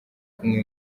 kumwe